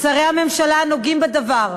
שרי הממשלה הנוגעים בדבר,